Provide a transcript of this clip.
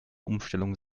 umstellung